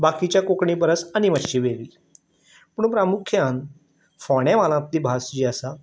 बाकिच्या कोंकणी परस आनी मातशी वेगळी पूण प्रामुख्यान फोंड्यां म्हावांतली भास जी आसा